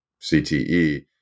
CTE